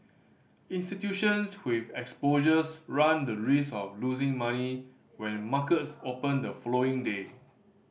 institutions with exposures run the risk of losing money when markets open the following day